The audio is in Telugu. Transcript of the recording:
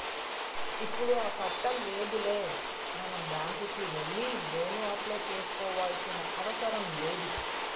ఇప్పుడు ఆ కట్టం లేదులే మనం బ్యాంకుకే వెళ్లి లోను అప్లై చేసుకోవాల్సిన అవసరం లేదు